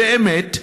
באמת,